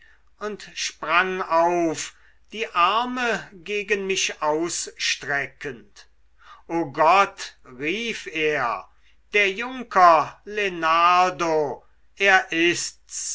und sprang auf die arme gegen mich ausstreckend o gott rief er der junker lenardo er ist's